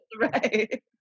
Right